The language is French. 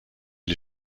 les